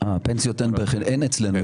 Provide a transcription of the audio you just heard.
--- פנסיות אין אצלנו,